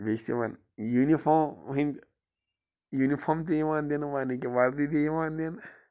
بیٚیہِ چھِ تِمن یوٗنہِ فارم ہٕنٛدۍ یوٗنہِ فارم تہِ یِوان دِنہٕ یَعنے کہِ وَردی تہِ یِوان دِنہٕ